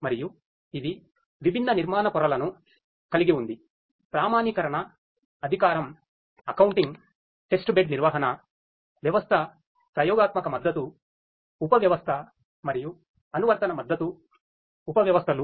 మరియు ఇది విభిన్న నిర్మాణ పొరలను కలిగి ఉందిప్రామాణీకరణ అధికారం అకౌంటింగ్ టెస్ట్బెడ్ నిర్వహణ ఉపవ్యవస్థ ప్రయోగాత్మక మద్దతు ఉపవ్యవస్థ మరియు అనువర్తన మద్దతు ఉపవ్యవస్థలు